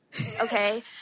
Okay